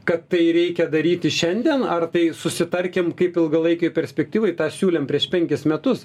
kad tai reikia daryti šiandien ar tai susitarkim kaip ilgalaikėj perspektyvoj tą siūlėm prieš penkis metus